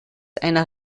einer